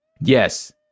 yes